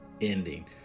ending